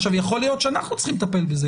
עכשיו, יכול להיות שאנחנו צריכים לטפל בזה.